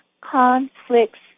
Conflicts